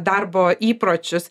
darbo įpročius